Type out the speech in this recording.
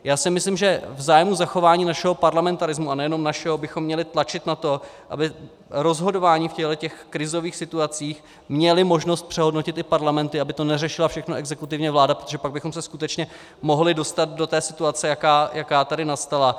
Já si myslím, že v zájmu zachování našeho parlamentarismu, a nejenom našeho, bychom měli tlačit na to, aby rozhodování v těchto krizových situacích měly možnost přehodnotit i parlamenty, aby to neřešila všechno exekutivně vláda, protože pak bychom se skutečně mohli dostat do té situace, jaká tady nastala.